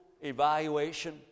evaluation